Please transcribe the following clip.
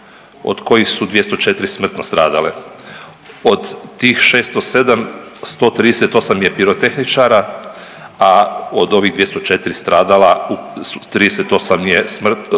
od kojih su 204 smrtno stradale. Od tih 607 138 je pirotehničara, a od ovih 204 stradala su, 38 je,